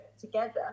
together